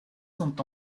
sont